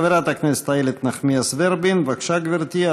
חברת הכנסת איילת נחמיאס ורבין, בבקשה, גברתי.